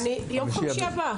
חמישי הבא?